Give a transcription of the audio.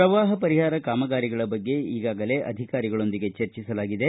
ಪ್ರವಾಹ ಪರಿಹಾರ ಕಾಮಗಾರಿಗಳ ಬಗ್ಗೆ ಈಗಾಗಲೇ ಅಧಿಕಾರಿಗಳೊಂದಿಗೆ ಚರ್ಚಿಸಲಾಗಿದೆ